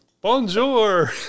Bonjour